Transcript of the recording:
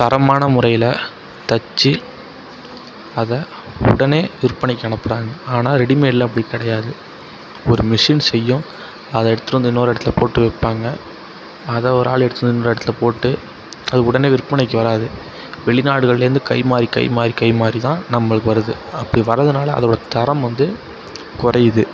தரமான முறையில் தச்சு அத உடனே விற்பனைக்கு அனுப்புகிறாங்க ஆனால் ரெடிமேடில் அப்படி கிடையாது ஒரு மிஷின் செய்யும் அதை எடுத்துகிட்டு வந்து இன்னொரு இடத்துல போட்டு விற்பாங்க அதை ஒரு ஆள் எடுத்துன்னு வந்து இன்னொரு இடத்துல போட்டு அது உடனே விற்பனைக்கு வராது வெளிநாடுகள்லேருந்து கைமாறி கைமாறி கைமாறி தான் நம்மளுக்கு வருது அப்படி வர்றதுனால அதோட தரம் வந்து குறையுது